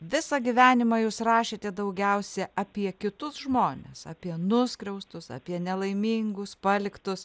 visą gyvenimą jūs rašėte daugiausiai apie kitus žmones apie nuskriaustus apie nelaimingus paliktus